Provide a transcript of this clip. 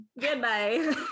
Goodbye